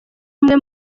umwe